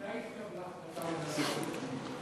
מתי התקבלה ההחלטה האומללה הזאת?